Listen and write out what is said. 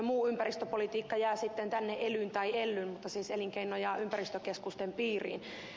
muu ympäristöpolitiikka jää sitten tänne elyyn tai ellyyn siis elinkeino ja ympäristökeskusten piiriin